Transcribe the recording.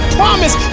promise